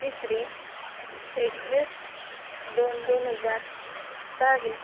तिसरी एकवीस दोन दोन हजार बावीस